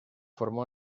formó